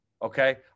Okay